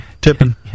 Tipping